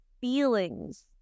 feelings